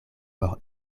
por